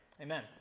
Amen